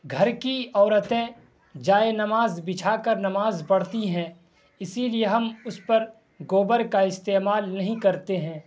گھر کی عورتیں جائے نماز بچھا کر نماز پڑھتی ہیں اسی لیے ہم اس پر گوبر کا استعمال نہیں کرتے ہیں